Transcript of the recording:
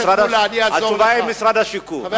התשובה היא משרד השיכון.